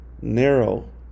narrow